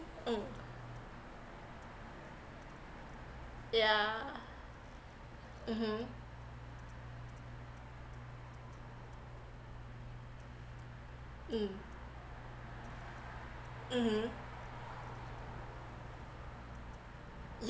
mm yeah mmhmm mm mmhmm